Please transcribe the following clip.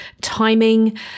timing